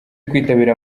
kwitabira